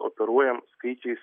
operuojam skaičiais